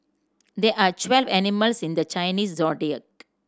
there are twelve animals in the Chinese Zodiac